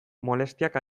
molestiak